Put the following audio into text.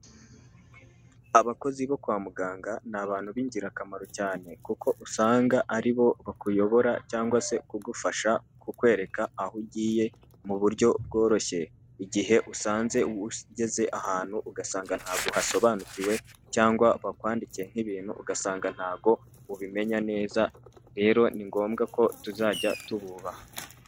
Abakozi bo kwa muganga ni abantu b'ingirakamaro cyane kuko usanga ari bo bakuyobora cyangwa se kugufasha kukwereka aho ugiye mu buryo bworoshye igihe usanze ubu ugeze ahantu ugasanga ntago wasobanukiwe cyangwa bakwandikiye nk'ibintu ugasanga ntago ubimenya neza rero ni ngombwa ko tuzajya tububaha.